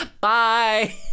Bye